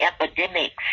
epidemics